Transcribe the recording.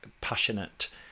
passionate